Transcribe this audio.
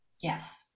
yes